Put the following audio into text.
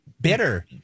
bitter